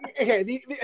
okay